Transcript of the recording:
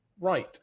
Right